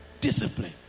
discipline